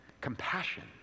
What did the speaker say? Compassion